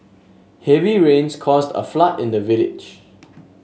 heavy rains caused a flood in the village